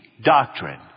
doctrine